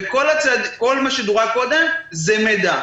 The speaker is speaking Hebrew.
כל מה שדורג קודם זה מידע.